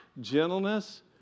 gentleness